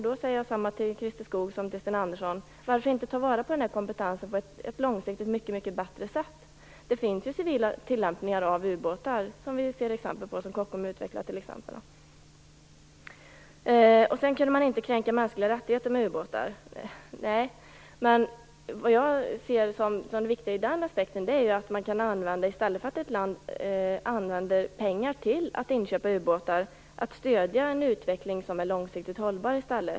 Då säger jag samma sak till honom som jag sade till Sten Andersson: Varför inte ta vara på denna kompetens på ett långsiktigt mycket bättre sätt? Det finns ju civila tillämpningar för ubåtar. Det ser vi exempel på, bl.a. håller Kockums på att utveckla sådana. Det är riktigt att man inte kan kränka mänskliga rättigheter med ubåtar. Men vad jag ser som det viktiga i det avseendet är att ett land, i stället för att använda pengar till att inköpa ubåtar, kan använda dem till att stödja en utveckling som är långsiktigt hållbar.